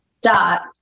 dot